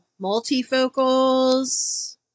multifocals